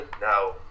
now